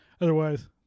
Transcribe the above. Otherwise